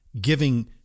giving